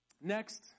Next